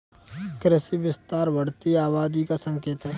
कृषि विस्तार बढ़ती आबादी का संकेत हैं